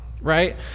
right